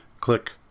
click